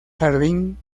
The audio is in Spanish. jardín